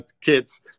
kids